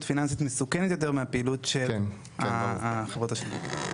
פיננסית מסוכנת יותר מהפעילות של החברות השונות.